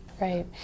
Right